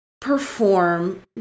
perform